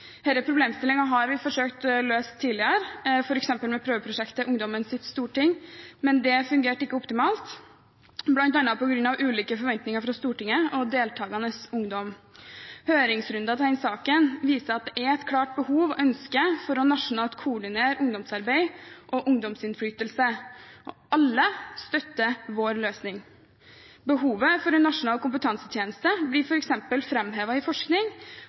har vært forsøkt løst tidligere, f.eks. med prøveprosjektet Ungdommens storting, men det fungerte ikke optimalt, bl.a. på grunn av ulike forventninger fra Stortinget og deltakende ungdom. Høringsrundene i saken viser at det er et klart behov og ønske for nasjonalt å koordinere ungdomsarbeid og ungdomsinnflytelse. Alle støtter vår løsning. Behovet for en nasjonal kompetansetjeneste blir f.eks. framhevet i forskning,